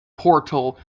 portal